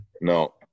No